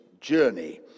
journey